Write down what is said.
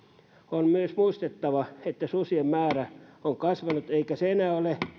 on myös muistettava että susien määrä on kasvanut eikä se enää